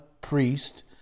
priest